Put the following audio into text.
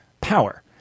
power